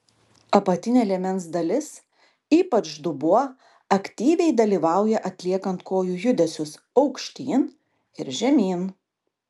apatinė liemens dalis ypač dubuo aktyviai dalyvauja atliekant kojų judesius aukštyn ir žemyn